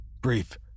Brief